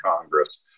Congress